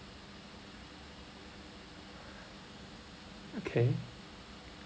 okay